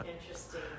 interesting